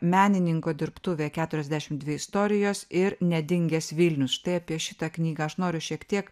menininko dirbtuvė keturiasdešim dvi istorijos ir nedingęs vilnius štai apie šitą knygą aš noriu šiek tiek